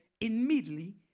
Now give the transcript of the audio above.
immediately